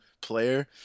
player